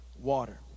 water